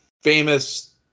famous